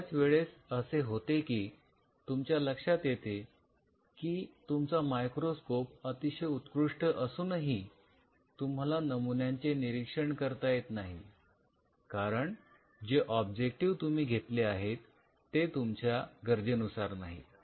बऱ्याच वेळेस असे होते की तुमच्या लक्षात येते की तुमचा मायक्रोस्कोप अतिशय उत्कृष्ट असूनही तुम्हाला नमुन्यांचे निरीक्षण करता येत नाही कारण जे ऑब्जेक्टिव तुम्ही घेतले आहेत ते तुमच्या गरजेनुसार नाहीत